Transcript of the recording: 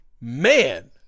man